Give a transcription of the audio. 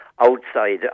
outside